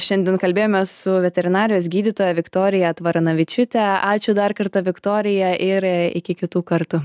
šiandien kalbėjomės su veterinarijos gydytoja viktorija tvaranavičiūte ačiū dar kartą viktorija ir iki kitų kartų